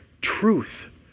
truth